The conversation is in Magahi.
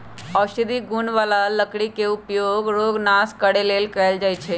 औषधि गुण बला लकड़ी के उपयोग रोग नाश करे लेल कएल जाइ छइ